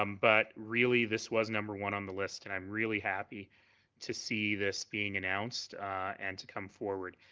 um but really, this was number one on the list and i'm really happy to see this being announced and to come forward.